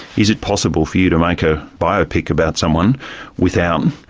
is it possible for you to make a biopic about someone without